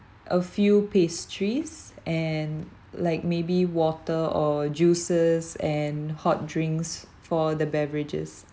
a few pastries and like maybe water or juices and hot drinks for the beverages